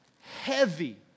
heavy